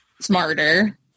smarter